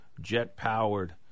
jet-powered